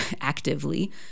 actively